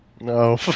No